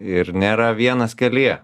ir nėra vienas kelyje